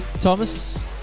Thomas